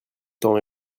temps